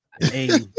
Hey